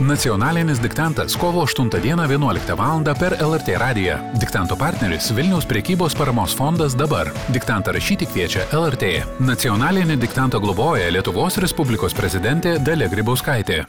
nacionalinis diktantas kovo aštuntą dieną vienuoliktą valandą per lrt radiją diktanto partneris vilniaus prekybos paramos fondas dabar diktantą rašyti kviečia lrt nacionalinį diktantą globoja lietuvos respublikos prezidentė dalia grybauskaitė